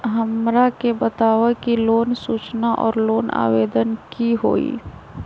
हमरा के बताव कि लोन सूचना और लोन आवेदन की होई?